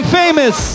famous